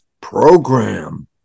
program